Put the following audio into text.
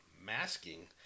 masking